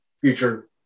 future